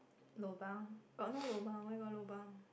lobang got no lobang why you want lobang